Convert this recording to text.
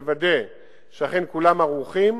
נוודא שאכן כולם ערוכים.